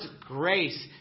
grace